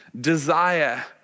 desire